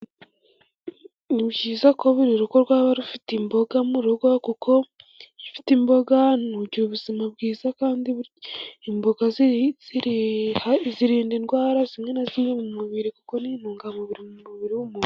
Ni byiza kuba buri rugo rwaba rufite imboga mu rugo, kuko ufite imboga ugira ubuzima bwiza, kandi imboga zirinda indwara zimwe na zimwe mu mubiri, kuko ni intungamubiri mu mubiri w'umuntu.